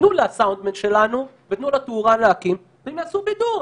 תנו לסאונד מן שלנו ותנו לתאורן להקים והם יעשו בידור.